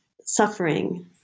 suffering